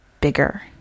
Bigger